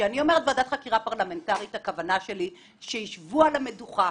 כשאני אומרת ועדת חקירה פרלמנטרית הכוונה שלי שישבו על המדוכה,